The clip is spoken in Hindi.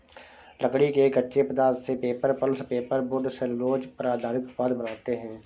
लकड़ी के कच्चे पदार्थ से paper, pulp, paper board, cellulose पर आधारित उत्पाद बनाते हैं